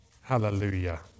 Hallelujah